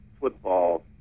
football